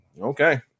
okay